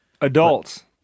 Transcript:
Adults